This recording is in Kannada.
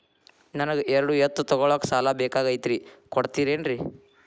ನನಗ ಎರಡು ಎತ್ತು ತಗೋಳಾಕ್ ಸಾಲಾ ಬೇಕಾಗೈತ್ರಿ ಕೊಡ್ತಿರೇನ್ರಿ?